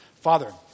Father